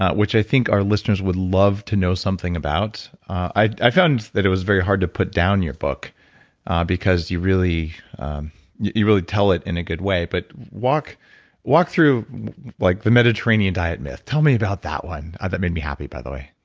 which i think our listeners would love to know something about. i found that it was very hard to put down your book because you really you really tell it in a good way, but walk walk through like the mediterranean diet myth, tell me about that one. that made me happy, by the way